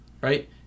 right